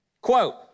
quote